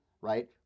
right